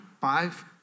Five